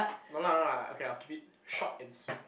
no lah no lah okay I'll keep it short and sweet